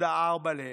3.4 שקל בערך.